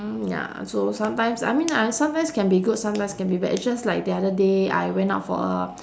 hmm ya so sometimes I mean I sometimes can be good sometimes can be bad it's just like the other day I went out for a